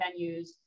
venues